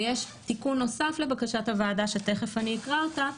ויש תיקון נוסף לבקשת הוועדה שתכף אקרא אותה,